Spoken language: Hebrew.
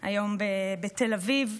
היום בתל אביב.